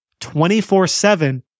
24-7